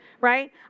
right